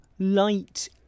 light